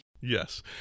yes